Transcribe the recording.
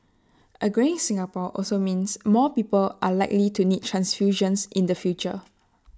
A greying Singapore also means more people are likely to need transfusions in the future